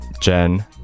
jen